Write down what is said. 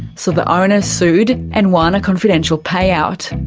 so the owner sued and won a confidential payout.